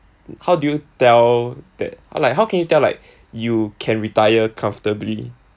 how do you tell that uh like how can you tell like you can retire comfortably